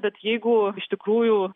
bet jeigu iš tikrųjų